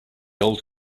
old